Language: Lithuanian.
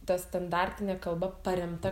ta standartinė kalba paremta